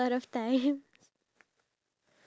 do you think when we